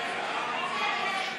ההצעה להסיר מסדר-היום את